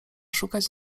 szukać